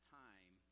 time